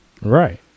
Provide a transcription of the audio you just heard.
Right